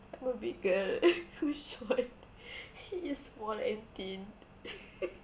I'm a big girl and so short he is small and thin